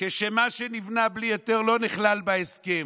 כשמה שנבנה בלי היתר לא נכלל בהסכם,